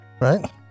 Right